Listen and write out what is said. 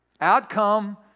Outcome